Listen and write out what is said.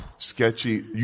sketchy